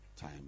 time